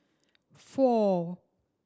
four